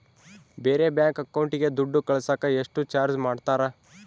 ಬೇರೆ ಬ್ಯಾಂಕ್ ಅಕೌಂಟಿಗೆ ದುಡ್ಡು ಕಳಸಾಕ ಎಷ್ಟು ಚಾರ್ಜ್ ಮಾಡತಾರ?